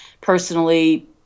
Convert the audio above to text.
personally